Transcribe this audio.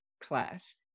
class